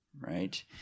right